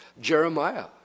Jeremiah